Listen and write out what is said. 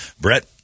Brett